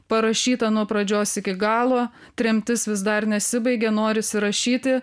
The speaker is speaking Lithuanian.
parašyta nuo pradžios iki galo tremtis vis dar nesibaigė norisi rašyti